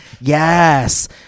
Yes